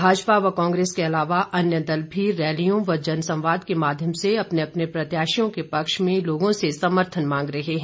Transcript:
भाजपा व कांग्रेस के अलावा अन्य दल भी रैलियों व जनसंवाद के माध्यम से अपने अपने प्रत्याशियों के पक्ष में लोगों से समर्थन मांग रहे हैं